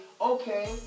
okay